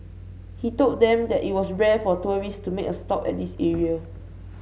he told them that it was rare for tourists to make a stop at this area